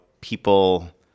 people